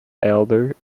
elder